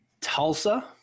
Tulsa